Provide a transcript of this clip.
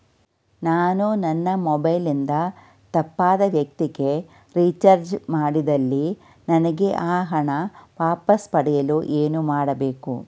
ನಾನು ನನ್ನ ಮೊಬೈಲ್ ಇಂದ ತಪ್ಪಾದ ವ್ಯಕ್ತಿಗೆ ರಿಚಾರ್ಜ್ ಮಾಡಿದಲ್ಲಿ ನನಗೆ ಆ ಹಣ ವಾಪಸ್ ಪಡೆಯಲು ಏನು ಮಾಡಬೇಕು?